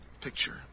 picture